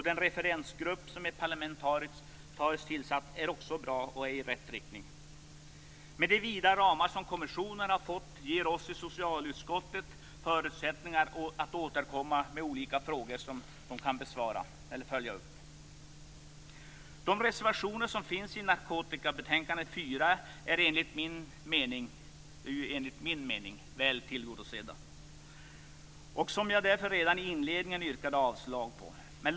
Den parlamentariskt tillsatta referensgruppen är också ett steg i rätt riktning. De vida ramar som kommissionen har fått ger oss i socialutskottet förutsättningar att återkomma med olika frågor som vi vill ha besvarade eller uppföljda. De reservationer som finns till betänkande 4 om narkotika är enligt min mening väl tillgodosedda. Jag vill därför yrka avslag på dem.